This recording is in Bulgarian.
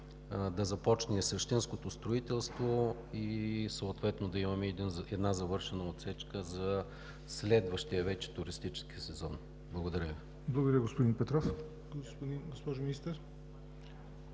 да започне същинското строителство и съответно да имаме завършена отсечка за следващия туристически сезон. Благодаря Ви.